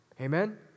amen